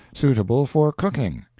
suitable for cooking.